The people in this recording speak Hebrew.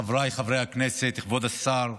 חבריי חברי הכנסת, כבוד השר,